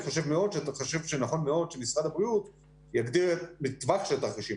אני חושב שנכון מאוד שמשרד הבריאות יגדיר טווח של תרחישים,